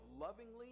lovingly